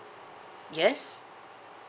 yes